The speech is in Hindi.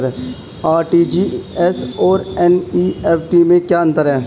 आर.टी.जी.एस और एन.ई.एफ.टी में क्या अंतर है?